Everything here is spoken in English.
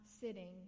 sitting